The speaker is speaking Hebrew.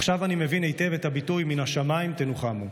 עכשיו אני מבין היטב את הביטוי "מן השמיים תנוחמו",